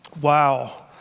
Wow